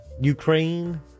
Ukraine